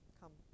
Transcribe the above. come